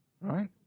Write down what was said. right